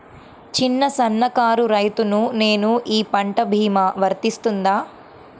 చిన్న సన్న కారు రైతును నేను ఈ పంట భీమా వర్తిస్తుంది?